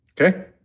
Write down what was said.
okay